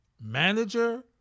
manager